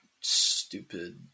stupid